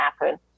happen